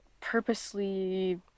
purposely